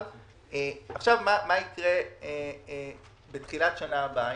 מה יקרה בתחילת השנה הבאה?